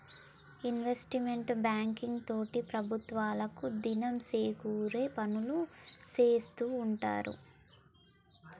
investment banking తోటి ప్రభుత్వాలకు దినం సేకూరే పనులు సేత్తూ ఉంటారు